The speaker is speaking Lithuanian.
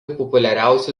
populiariausių